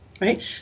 right